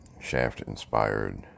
Shaft-inspired